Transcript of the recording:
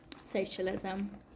socialism